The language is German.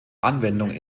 anwendung